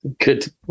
good